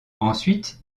ensuite